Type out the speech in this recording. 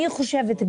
אני חושבת,